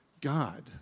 god